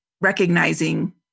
recognizing